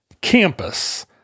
campus